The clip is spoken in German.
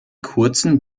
kurzen